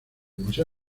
museo